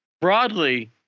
broadly